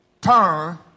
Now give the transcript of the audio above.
turn